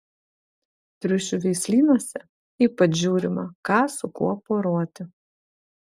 triušių veislynuose ypač žiūrima ką su kuo poruoti